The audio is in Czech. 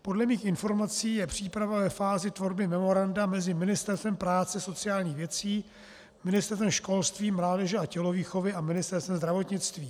Podle mých informací je příprava ve fázi tvorby memoranda mezi Ministerstvem práce a sociálních věcí, Ministerstvem školství, mládeže a tělovýchovy a Ministerstvem zdravotnictví.